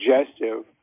suggestive